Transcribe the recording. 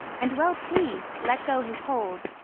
and, well pleased, let go his hold,